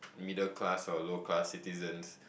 middle class or low class citizens